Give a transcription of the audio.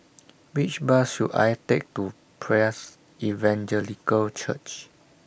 Which Bus should I Take to Praise Evangelical Church